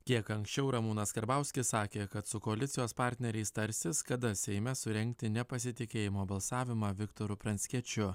kiek anksčiau ramūnas karbauskis sakė kad su koalicijos partneriais tarsis kada seime surengti nepasitikėjimo balsavimą viktoru pranckiečiu